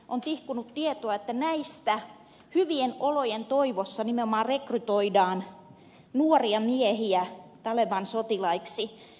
on tihkunut tietoa että näistä hyvien olojen toivossa nimenomaan rekrytoidaan nuoria miehiä taleban sotilaiksi